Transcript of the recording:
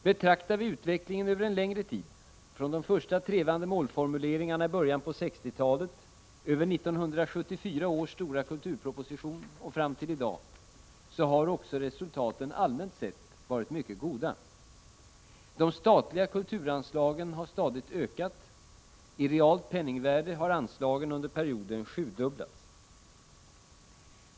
Betraktar vi utvecklingen över en längre tid — från de första trevande målformuleringarna i början av 1960-talet, över 1974 års stora kulturproposition och fram till i dag — ser vi också att resultaten allmänt sett varit mycket goda. De statliga kulturanslagen har stadigt ökat; i realt penningvärde har anslagen under perioden sjudubblats.